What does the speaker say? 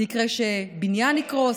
זה יקרה כשבניין יקרוס,